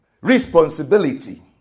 responsibility